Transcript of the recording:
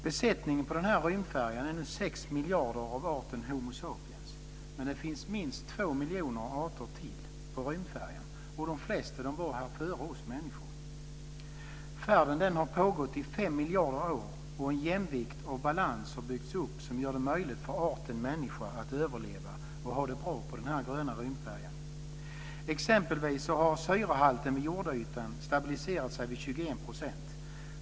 Besättningen på rymdfärjan är nu sex miljarder av arten Homo sapiens, men det finns minst två miljoner arter till på rymdfärjan. De flesta av dem var här före oss människor. Färden har pågått i fem miljarder år, och en jämvikt och balans har byggts upp som gör det möjligt för arten människa att överleva och ha det bra på denna gröna rymdfärja. Exempelvis har syrehalten vid jordytan stabiliserat sig vid 21 %.